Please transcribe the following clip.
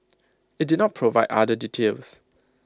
IT did not provide other details